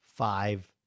Five